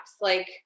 Like-